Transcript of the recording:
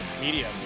media